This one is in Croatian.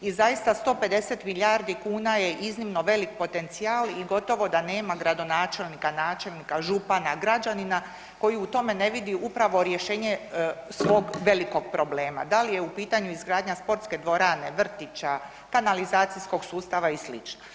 I zaista 150 milijardi kuna je iznimno velik potencijal i gotovo da nema gradonačelnika, načelnika, župana, građanina, koji u tome ne vidi upravo rješenje svog velikog problema, da li je u pitanju izgradnja sportske dvorane, vrtića, kanalizacijskog sustava i slično.